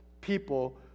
people